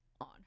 on